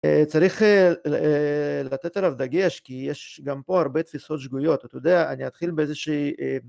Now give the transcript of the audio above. אה.. צריך אה.. אה.. לתת עליו דגש כי יש גם פה הרבה תפיסות שגויות, אתה יודע, אני אתחיל באיזה שהיא אה..